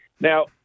Now